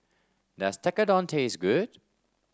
does Tekkadon taste good